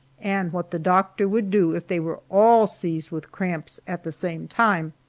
and what the doctor would do if they were all seized with cramps at the same time.